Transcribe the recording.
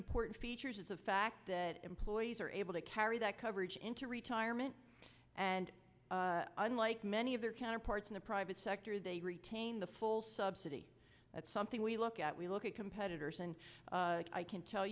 important features of fact that employees are able to carry that coverage into retirement and unlike many of their counterparts in the private sector they retain the full subsidy that's something we look at we look at competitors and i can tell